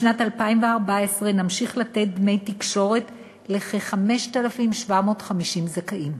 בשנת 2014 נמשיך לתת דמי תקשורת לכ-5,750 זכאים,